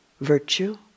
virtue